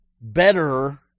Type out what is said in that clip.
better